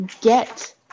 get